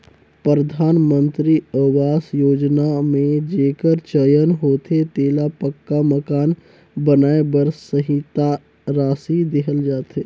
परधानमंतरी अवास योजना में जेकर चयन होथे तेला पक्का मकान बनाए बर सहेता रासि देहल जाथे